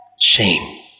Shame